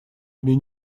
или